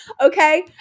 okay